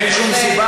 אין שום סיבה.